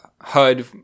HUD